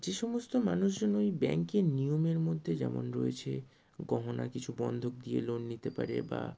যে সমস্ত মানুষজন ওই ব্যাঙ্কের নিয়মের মধ্যে যেমন রয়েছে গহনা কিছু বন্দক দিয়ে লোন নিতে পারে বা